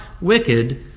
wicked